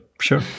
Sure